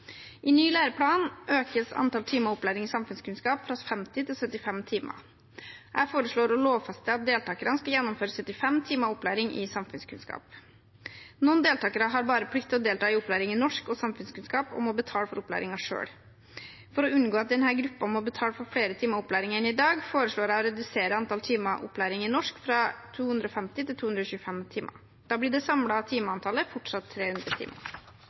I ny læreplan økes antall timer opplæring i samfunnskunnskap fra 50 til 75 timer. Jeg foreslår å lovfeste at deltakerne skal gjennomføre 75 timer opplæring i samfunnskunnskap. Noen deltakere har bare plikt til å delta i opplæring i norsk og samfunnskunnskap og må betale for opplæringen selv. For å unngå at denne gruppen må betale for flere timer opplæring enn i dag, foreslår jeg å redusere antall timer opplæring i norsk fra 250 til 225 timer. Da blir det samlede timeantallet fortsatt 300 timer.